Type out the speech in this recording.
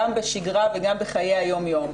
גם בשגרה וגם בחיי היום יום,